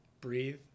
breathe